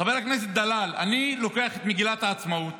חבר הכנסת דלל, אני לוקח את מגילת העצמאות,